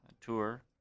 tour